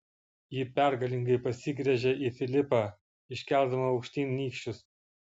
ji pergalingai pasigręžė į filipą iškeldama aukštyn nykščius